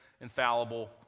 infallible